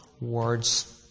words